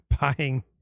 buying